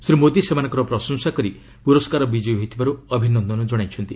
ଶ୍ରୀ ମୋଦି ସେମାନଙ୍କର ପ୍ରଶଂସା କରି ପୁରସ୍କାର ବିଜୟୀ ହୋଇଥିବାରୁ ଅଭିନନ୍ଦନ ଜଣାଇଛନ୍ତି